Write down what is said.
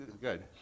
good